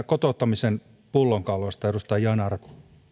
kotouttamisen pullonkauloista minulla